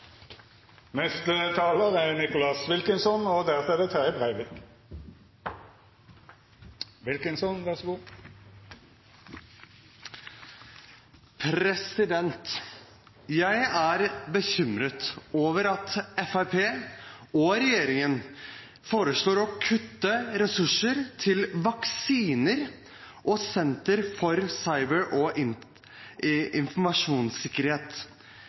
god sommer. Jeg er bekymret over at Fremskrittspartiet og regjeringen foreslår å kutte ressurser til vaksiner og Senter for cyber- og informasjonssikkerhet.